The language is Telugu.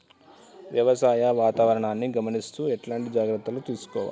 వ్యవసాయ వాతావరణాన్ని గమనిస్తూ ఎట్లాంటి జాగ్రత్తలు తీసుకోవాలే?